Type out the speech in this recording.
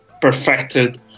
perfected